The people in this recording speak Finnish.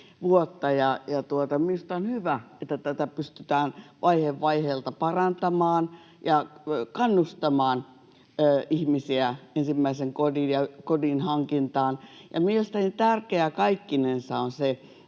Minusta on hyvä, että tätä pystytään vaihe vaiheelta parantamaan ja kannustamaan ihmisiä ensimmäisen kodin ja kodin hankintaan ja mielestäni tärkeää kaikkinensa on se,